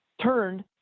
turned